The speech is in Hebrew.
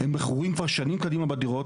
הם מכורים כבר שנים קדימה בדירות,